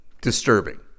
disturbing